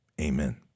amen